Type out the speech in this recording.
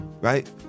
right